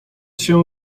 się